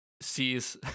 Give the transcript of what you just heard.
sees